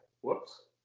Whoops